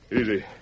Easy